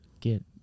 get